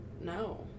no